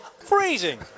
Freezing